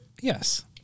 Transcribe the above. Yes